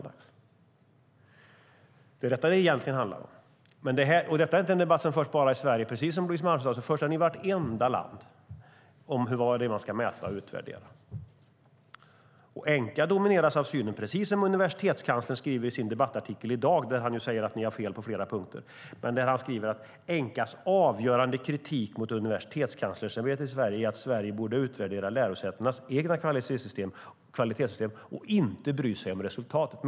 Detta är vad det egentligen handlar om. Det här är inte en debatt som förs bara i Sverige. Precis som Louise Malmström sade förs den i vartenda land. Det handlar om vad det är man ska mäta och utvärdera. Precis som universitetskanslern skriver i sin debattartikel i dag, där han säger att ni har fel på flera punkter, skriver han att Enqas avgörande kritik mot Universitetskanslersämbetet i Sverige är att Sverige borde utvärdera lärosätenas egna kvalitetssystem och inte bry sig om resultatet.